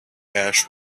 ash